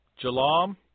Jalam